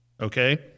Okay